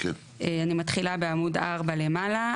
אני מתחילה בעמוד 4 למעלה.